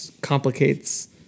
complicates